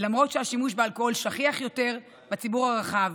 למרות שהשימוש באלכוהול שכיח יותר בציבור הרחב,